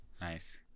Nice